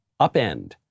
upend